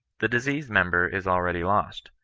the diseased member is already lost.